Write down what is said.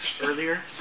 earlier